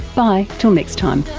bye till next time